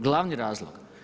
Glavni razlog.